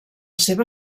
seva